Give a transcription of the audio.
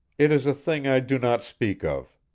it is a thing i do not speak of.